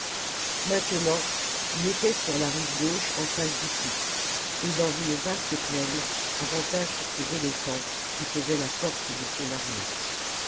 maintenant il était sur la rive gauche en face d'utique et dans une vaste plaine avantage pour ses éléphants qui faisaient la force de son armée